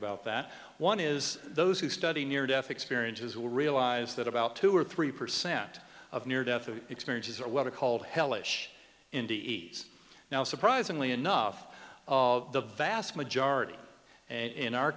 about that one is those who study near death experiences will realize that about two or three percent of near death experiences are what are called hellish indies now surprisingly enough of the vast majority and in our